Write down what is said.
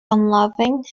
unloving